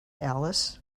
alice